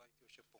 לא הייתי יושב פה